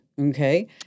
Okay